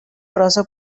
prosa